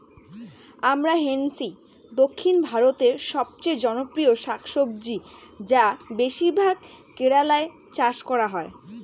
আমরান্থেইসি দক্ষিণ ভারতের সবচেয়ে জনপ্রিয় শাকসবজি যা বেশিরভাগ কেরালায় চাষ করা হয়